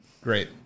Great